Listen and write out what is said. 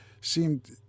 seemed